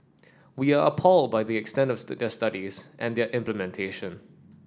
we are appalled by the extent of the studies and their implementation